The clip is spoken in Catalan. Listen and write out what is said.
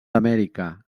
amèrica